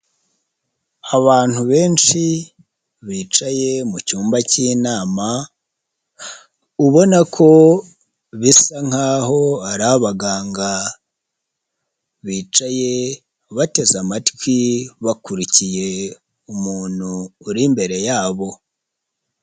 Abantu benshi bicaye mu cyumba cy'inama ubona ko bisa nkaho ari abaganga, bicaye bateze amatwi, bakurikiye umuntu uri imbere y'abo.